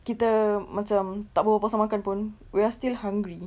kita macam tak berbual pasal makan pun we're still hungry